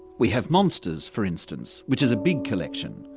we have monsters, for instance, which is a big collection.